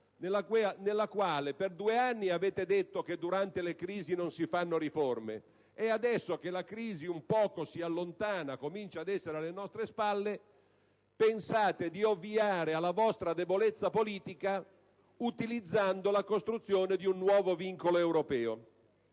nella quale, per due anni, avete detto che durante le crisi non si fanno riforme. Adesso che la crisi si sta un po' allontanando, comincia ad essere alle nostre spalle, pensate di ovviare alla vostra debolezza politica utilizzando la costruzione di un nuovo vincolo europeo.